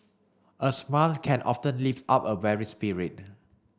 a smile can often lift up a weary spirit